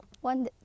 one